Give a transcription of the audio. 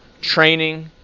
training